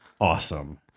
awesome